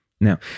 Now